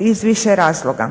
iz više razloga.